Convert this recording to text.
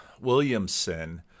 Williamson